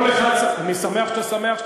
אני שמח שאתה שמח.